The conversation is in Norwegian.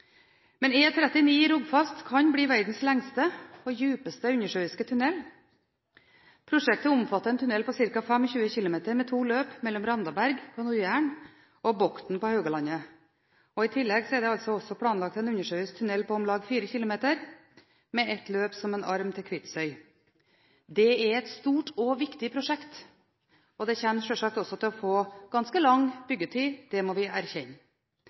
men vi tar stilling til spørsmålet om forhåndsinnkreving. E39 Rogfast kan bli verdens lengste og dypeste undersjøiske tunnel. Prosjektet omfatter en tunnel på ca. 25 km med to løp mellom Randaberg på Nord-Jæren og Bokn på Haugalandet. I tillegg er det også planlagt en undersjøisk tunnel på om lag 4 km, med ett løp som en arm til Kvitsøy. Det er et stort og viktig prosjekt, og det kommer selvsagt også til å få ganske lang byggetid – det må vi erkjenne.